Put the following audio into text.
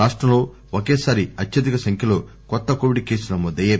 రాష్టంలో ఒకే సారి అత్యధిక సంఖ్యలో కొత్త కోవిడ్ కేసులు నమోదయ్యాయి